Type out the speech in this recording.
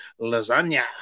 lasagna